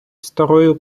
старою